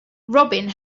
robin